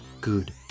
good